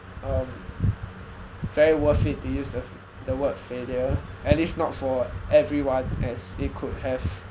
um very worth it to use the the word failure at least not for everyone as it could have